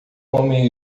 homem